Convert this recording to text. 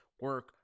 Work